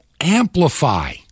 amplify